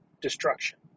destruction